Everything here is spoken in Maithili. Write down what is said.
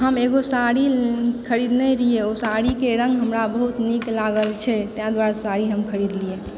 हम एगो साड़ी खरीदने रहिए ओ साड़ीके रंग हमरा बहुत नीक लागल छै ताहि दुआरे साड़ी हम खरीदलिऐ